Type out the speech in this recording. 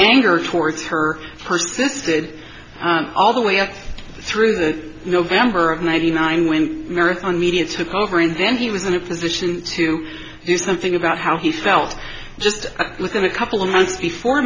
anger towards her persis did all the way up through the november of ninety nine when american media took over and then he was in a position to do something about how he felt just within a couple of months before